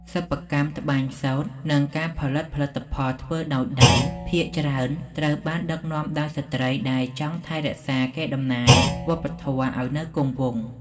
សិប្បកម្មត្បាញសូត្រ និងការផលិតផលិតផលធ្វើដោយដៃភាគច្រើន ត្រូវបានដឹកនាំដោយស្ត្រីដែលចង់ថែរក្សាកេរដំណែលវប្បធម៌ឱ្យនៅគង់វង្ស។